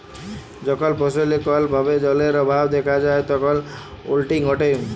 যখল ফসলে কল ভাবে জালের অভাব দ্যাখা যায় তখল উইলটিং ঘটে